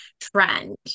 trend